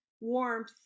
warmth